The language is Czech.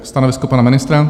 Stanovisko pana ministra?